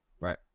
Right